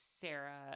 Sarah